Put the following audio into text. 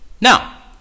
Now